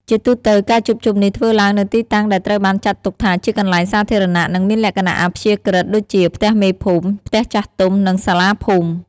ជាទូទៅ ការជួបជុំនេះធ្វើឡើងនៅទីតាំងដែលត្រូវបានចាត់ទុកថាជាកន្លែងសាធារណៈ និងមានលក្ខណៈអព្យាក្រឹត ដូចជា ផ្ទះមេភូមិ ផ្ទះចាស់ទុំ និងសាលាភូមិ។